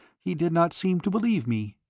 he did not seem to believe me.